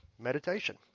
meditation